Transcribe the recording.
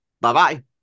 bye-bye